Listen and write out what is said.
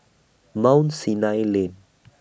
Mount Sinai Lane